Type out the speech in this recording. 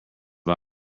buy